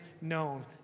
known